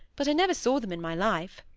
but i never saw them in my life